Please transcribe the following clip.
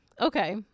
Okay